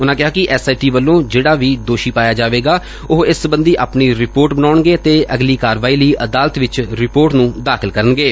ਉਨੂਾ ਕਿਹਾ ਕਿ ਐਸ ਆਈ ਟੀ ਵੱਲੋਂ ਜਿਹੜਾ ਵੀ ਦੋਸ਼ੀ ਪਾਇਆ ਜਾਏਗਾ ਉਹ ਇਸ ਸਬੰਧੀ ਆਪਣੀ ਰਿਪੋਰਟ ਬਣਾਉਣਗੇ ਅਤੇ ਅਗਲੇਰੀ ਕਾਰਵਾਈ ਲਈ ਅਦਾਲਤ ਚ ਰਿਧੋਰਟ ਨੂੰ ਦਾਖਲ ਕਰਨਗੇ